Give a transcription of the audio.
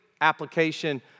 application